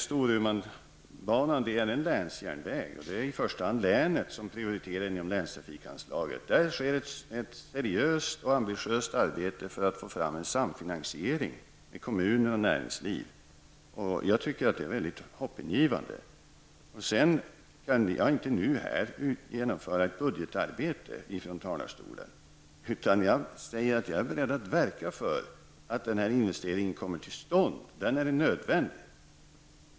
Storumanbanan är en länsjärnväg. I första hand är det alltså länet som gör prioriteringarna inom länstrafikanslaget. Det görs ett seriöst och ambitiöst arbete för att få fram en samfinansiering mellan kommuner och näringsliv. Det tycker jag är mycket hoppingivande. Jag kan inte från denna talarstol klara ett budgetarbete. Däremot är jag beredd att verka för att den här investeringen kommer till stånd; den är nödvändig.